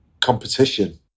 competition